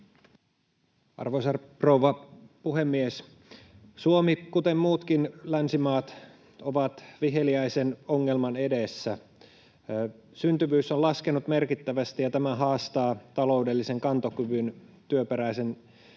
Arvoisa rouva puhemies! Suomi, kuten muutkin länsimaat, on viheliäisen ongelman edessä. Syntyvyys on laskenut merkittävästi, ja tämä haastaa taloudellisen kantokyvyn työikäisen väestön